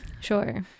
sure